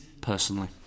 Personally